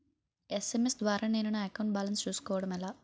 SMS ద్వారా నేను నా అకౌంట్ బాలన్స్ చూసుకోవడం ఎలా?